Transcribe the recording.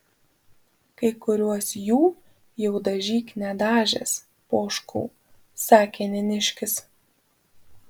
kai kuriuos jų jau dažyk nedažęs poškau sakė neniškis